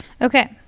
Okay